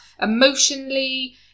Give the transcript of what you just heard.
emotionally